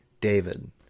David